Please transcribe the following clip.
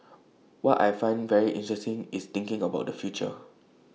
what I find very interesting is thinking about the future